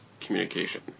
communication